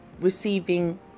receiving